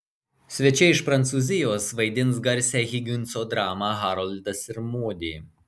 svečiai iš prancūzijos vaidins garsią higinso dramą haroldas ir modė